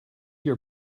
your